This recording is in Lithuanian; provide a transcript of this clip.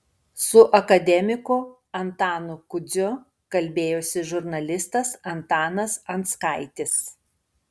su akademiku antanu kudziu kalbėjosi žurnalistas antanas anskaitis